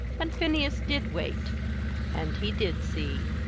and phineas did wait and he did see.